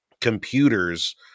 computers